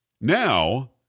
Now